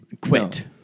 quit